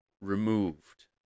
removed